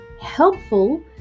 helpful